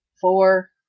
four